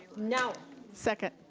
now second.